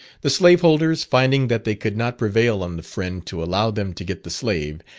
the slaveholders, finding that they could not prevail on the friend to allow them to get the slave,